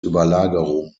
überlagerung